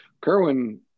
kerwin